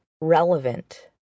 Relevant